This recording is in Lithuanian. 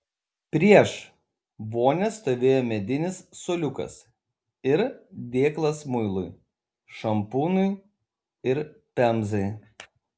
prieš vonią stovėjo medinis suoliukas ir dėklas muilui šampūnui ir pemzai